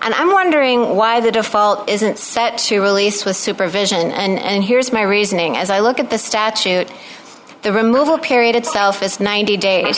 i'm wondering why the default isn't set to release with supervision and here's my reasoning as i look at the statute the removal period itself is ninety days